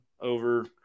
over